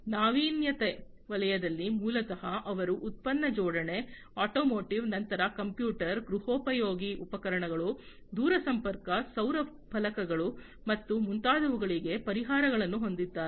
ನಾವೀನ್ಯತೆ ವಲಯದಲ್ಲಿ ಮೂಲತಃ ಅವರು ಉತ್ಪನ್ನ ಜೋಡಣೆ ಆಟೋಮೋಟಿವ್ ನಂತರ ಕಂಪ್ಯೂಟರ್ ಗೃಹೋಪಯೋಗಿ ಉಪಕರಣಗಳು ದೂರಸಂಪರ್ಕ ಸೌರ ಫಲಕಗಳು ಮತ್ತು ಮುಂತಾದವುಗಳಿಗೆ ಪರಿಹಾರಗಳನ್ನು ಹೊಂದಿದ್ದಾರೆ